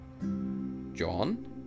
John